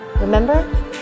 Remember